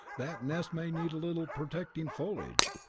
that nest may need a little protecting foliage.